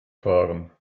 fahren